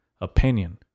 opinion